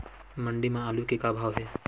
मंडी म आलू के का भाव हे?